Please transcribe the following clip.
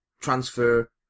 transfer